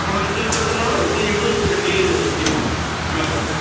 ଆପଣ ଯେତେ ଲିଟର ତେଲ ହବ ସେତିକି ଇନ୍ଟୁ ସେତିିକି ସେତିକି ଟଙ୍କା ଆମେ ଦବୁ